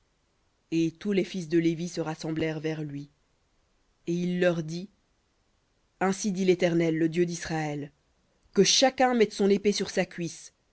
et tous les fils de lévi se rassemblèrent vers lui et il leur dit ainsi dit l'éternel le dieu d'israël que chacun mette son épée sur sa cuisse